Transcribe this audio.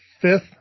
fifth